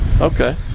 Okay